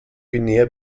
guinea